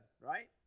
right